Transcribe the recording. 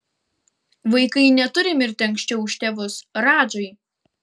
vaikai neturi mirti anksčiau už tėvus radžai